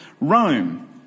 Rome